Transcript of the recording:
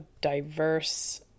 diverse